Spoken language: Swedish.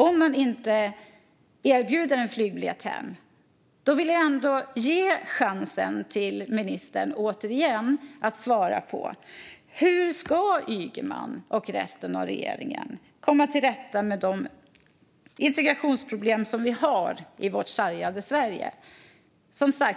Om man inte erbjuder en flygbiljett hem vill jag ändå återigen ge ministern chansen att svara på frågan: Hur ska Ygeman och resten av regeringen komma till rätta med de integrationsproblem som vi har i vårt sargade Sverige?